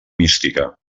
mística